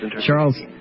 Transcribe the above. Charles